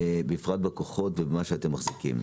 בפרט בכוחות ובמה שאתם מחזיקים.